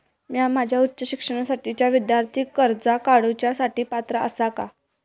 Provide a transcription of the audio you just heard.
म्या माझ्या उच्च शिक्षणासाठीच्या विद्यार्थी कर्जा काडुच्या साठी पात्र आसा का?